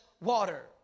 water